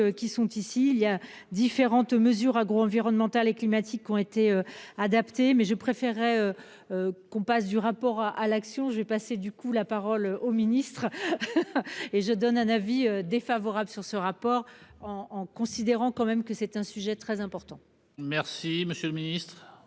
qui sont ici, il y a différentes mesures agro-environnementales et climatiques ont été adaptés mais je préférerais. Qu'on passe du rapport à l'action. J'ai passé, du coup la parole au ministre. Et je donne un avis défavorable sur ce rapport en en considérant quand même que c'est un sujet très important. Merci, monsieur le Ministre.